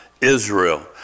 Israel